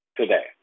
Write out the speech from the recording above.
today